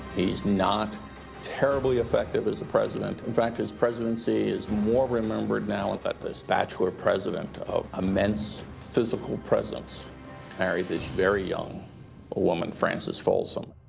he's not terribly effective as a president. in fact, his presidency is more remembered now and that this bachelor president of immense physical presence married this very young ah woman francis folsom.